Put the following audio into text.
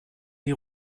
die